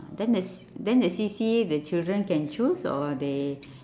then the c~ then the C_C_A the children can choose or they